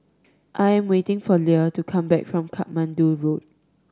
I am waiting for Lea to come back from Katmandu Road